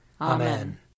Amen